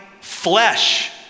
flesh